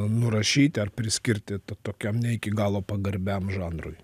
nurašyti ar priskirti ta tokiam ne iki galo pagarbiam žanrui